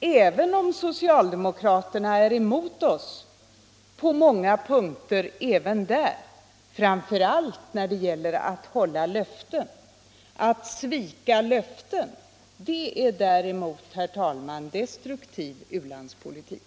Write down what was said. även om socialdemokraterna är emot oss på många punkter också där — framför allt när det gäller att hålla löften. Att svika löften, det är däremot, herr talman, destruktiv u-landspolitik.